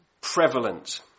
prevalent